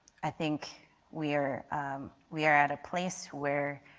i think we are we are at a place where